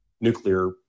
nuclear